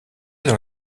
dans